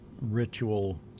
ritual